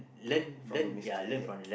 from your mistake